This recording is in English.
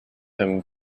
him